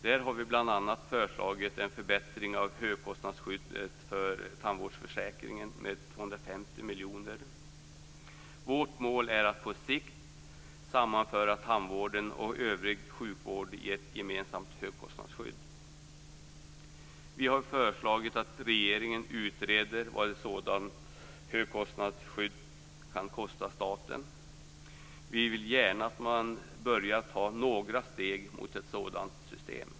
Där har vi bl.a. föreslagit en förbättring av högkostnadsskyddet för tandvårdsförsäkringen med 250 miljoner kronor. Vårt mål är att på sikt sammanföra tandvården och övrig sjukvård i ett gemensamt högkostnadsskydd. Vi har föreslagit att regeringen skall utreda vad ett sådant högkostnadsskydd kan kosta staten. Vi vill gärna att man börjar ta några steg mot ett sådant system.